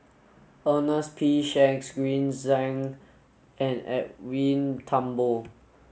Ernest P Shanks Green Zeng and Edwin Thumboo